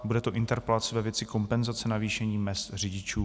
Bude to interpelace ve věci kompenzace navýšení mezd řidičů.